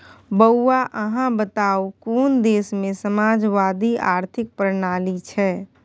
बौआ अहाँ बताउ कोन देशमे समाजवादी आर्थिक प्रणाली छै?